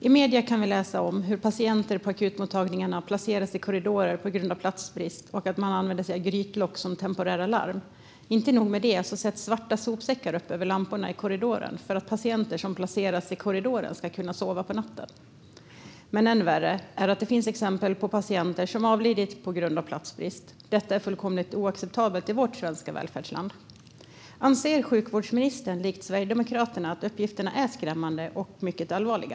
I medierna kan vi läsa om hur patienter på akutmottagningarna placeras i korridorer på grund av platsbrist och att man använder sig av grytlock som temporära larm. Som om inte det vore nog sätts svarta sopsäckar upp över lamporna i korridoren för att patienter som placeras i korridoren ska kunna sova på natten. Men än värre är att det finns exempel på att patienter har avlidit på grund av platsbrist. Detta är fullkomligt oacceptabelt i vårt svenska välfärdsland. Anser sjukvårdsministern likt Sverigedemokraterna att dessa uppgifter är skrämmande och mycket allvarliga?